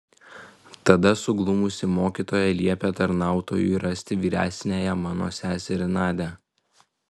tada suglumusi mokytoja liepė tarnautojui rasti vyresniąją mano seserį nadią